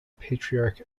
patriarch